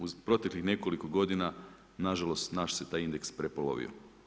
U proteklih nekoliko godina nažalost naš se taj indeks prepolovio.